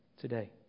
today